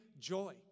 joy